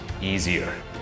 easier